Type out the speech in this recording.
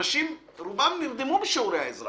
אנשים, רובם נרדמו בשיעורי האזרחות.